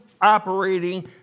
operating